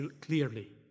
clearly